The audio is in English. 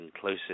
closer